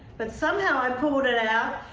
but somehow i pulled it out.